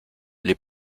les